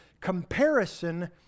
Comparison